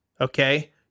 okay